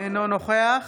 אינו נוכח